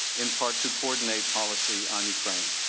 in part to coordinate policy on ukraine.